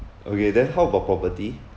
okay then how about property